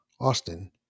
Austin